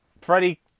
Freddie